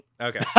Okay